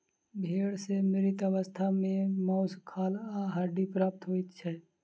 भेंड़ सॅ मृत अवस्था मे मौस, खाल आ हड्डी प्राप्त होइत छै